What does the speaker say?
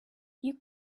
you